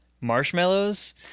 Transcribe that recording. marshmallows